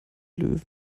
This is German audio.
löwen